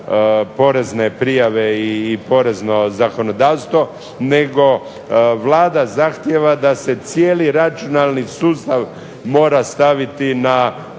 porezne prijave i porezno zakonodavstvo nego Vlada zahtijeva da se cijeli računalni sustav mora staviti na uvid